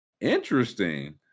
Interesting